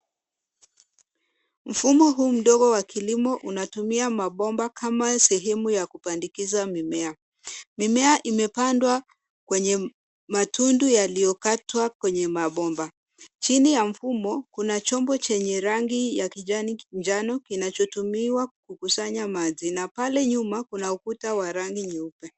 Mfumo huu mdogo wa kilimo unatumia mabomba kama sehemu ya kubandikiza mimea. Mimea imepandwa kwenye matundu yaliyo katwa kwenye mabomba. Chini ya mfumo kuna chombo chenye rangi ya kijani kijano inachotumiwa kukusanya maji na pale nyuma kuna ukuta wa rangi nyeupe.